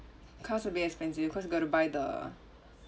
car will be expensive cause you gotta buy the